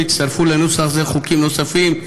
והצטרפו לנוסח זה חוקים נוספים,